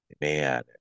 Man